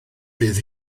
bydd